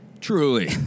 Truly